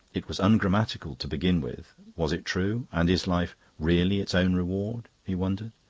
it was ungrammatical to begin with was it true? and is life really its own reward? he wondered.